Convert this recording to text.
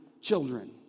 children